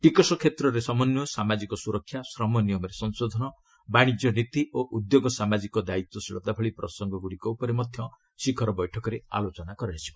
ଟିକସ କ୍ଷେତ୍ରରେ ସମନ୍ୱୟ ସାମାଜିକ ସୁରକ୍ଷା ଶ୍ରମ ନିୟମରେ ସଂଶୋଧନ ବାଶିଜ୍ୟ ନୀତି ଓ ଉଦ୍ୟୋଗ ସାମାଜିକ ଦାୟିତ୍ୱଶୀଳତା ଭଳି ପ୍ରସଙ୍ଗ ଉପରେ ମଧ୍ୟ ଶିଖର ବୈଠକରେ ଆଲୋଚନା ହେବ